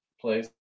place